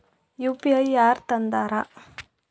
UPI ಯಾರ್ ತಂದಾರ?